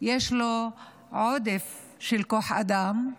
יש לו עודף של כוח אדם,